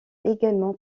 également